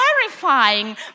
terrifying